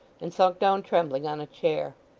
and sunk down trembling on a chair.